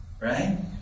Right